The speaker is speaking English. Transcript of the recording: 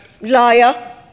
Liar